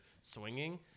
swinging